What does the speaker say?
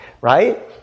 Right